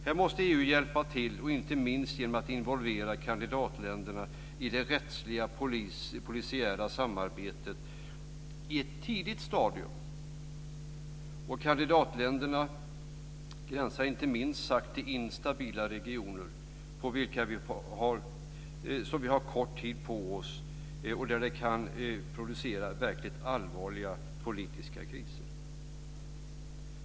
Här måste EU hjälpa till, inte minst genom att involvera kandidatländerna i det rättsliga polisiära samarbetet på ett tidigt stadium. Kandidatländerna gränsar till minst sagt instabila regioner, där vi kan ha kort tid på oss och där det kan produceras verkligt allvarliga politiska kriser.